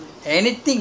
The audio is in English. that's our job